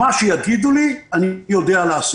מה שיגידו לי אני יודע לעשות.